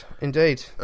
indeed